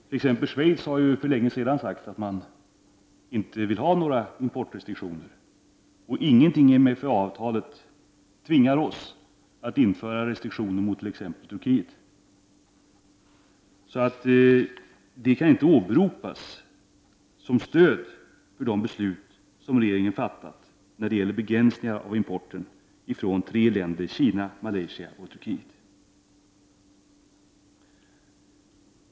T.ex. Schweiz har ju för länge sedan sagt att man inte vill ha några importrestriktioner, och ingenting i MFA-avtalet tvingar oss att införa restriktioner mot t.ex. Turkiet. Det kan således inte åberopas som stöd för de beslut som regeringen har fattat när det gäller begränsningar av importen från tre länder: Kina, Malaysia och Turkiet.